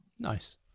Nice